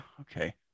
okay